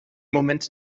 moment